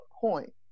point